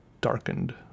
darkened